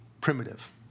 primitive